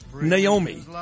Naomi